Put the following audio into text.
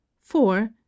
four